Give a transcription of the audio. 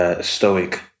stoic